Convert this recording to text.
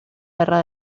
guerra